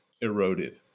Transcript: eroded